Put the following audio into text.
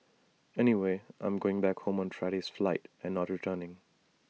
anyway I'm going back home on Friday's flight and not returning